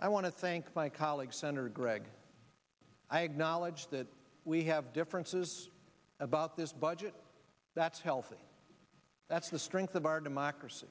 i want to thank my colleague senator gregg i acknowledge that we have differences about this budget that's healthy that's the strength of our democracy